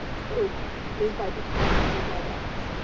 cope is by becoming autodidacts,